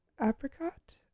apricot